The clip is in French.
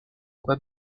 quoi